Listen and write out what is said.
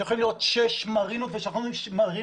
אתם יכולים לראות שש מרינות חדשות.